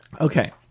Okay